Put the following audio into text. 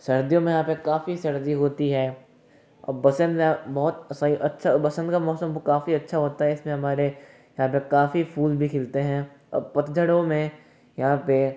सर्दियों में यहाँ पे काफ़ी सर्दी होती है और बसंत में बहुत सही अच्छा बसंत का मौसम काफ़ी अच्छा होता है इसमें हमारे यहाँ पे काफ़ी फूल भी खिलते हैं और पतझड़ों में यहाँ पे